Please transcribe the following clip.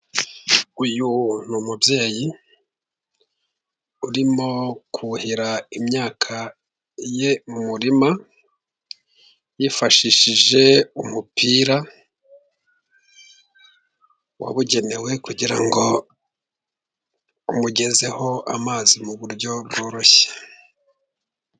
Uyu ni umubyeyi urimo kuhira imyaka ye mu murima yifashishije umupira wabugenewe kugira ngo umugezeho amazi mu buryo bworoshye.